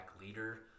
leader